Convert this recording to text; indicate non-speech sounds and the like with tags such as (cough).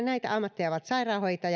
(unintelligible) näitä ammatteja ovat sairaanhoitaja (unintelligible)